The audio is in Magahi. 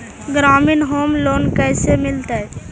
ग्रामीण होम लोन कैसे मिलतै?